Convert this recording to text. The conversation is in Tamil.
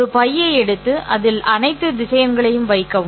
ஒரு பையை எடுத்து அதில் அனைத்து திசையன்களையும் வைக்கவும்